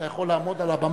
אתה יכול לעמוד על הבמה,